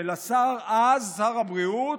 של השר אז, שר הבריאות,